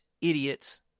idiots